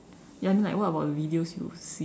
ya I mean like what what about the videos you see